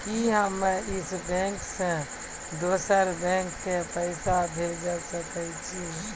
कि हम्मे इस बैंक सें दोसर बैंक मे पैसा भेज सकै छी?